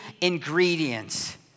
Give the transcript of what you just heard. ingredients